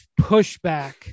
pushback